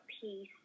peace